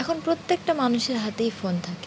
এখন প্রত্যেকটা মানুষের হাতেই ফোন থাকে